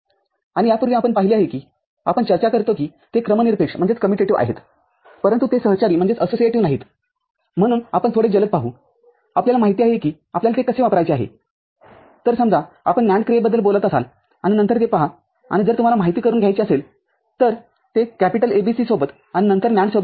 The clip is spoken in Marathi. आणि यापूर्वी आपण पाहिले आहे की आपण चर्चा करतो की ते क्रमनिरपेक्षआहेत परंतु ते सहचारी नाहीत म्हणून आपण थोडे जलद पाहू आपल्याला माहित आहे की आपल्याला ते कसे वापरायचे आहे तरसमजा आपण NAND क्रियेबद्दल बोलत असाल आणि नंतर हे पहा आणि जर तुम्हाला माहिती करून घ्यायचे असेल तर ते ABC सोबत आणि नंतर NAND सोबत तपासा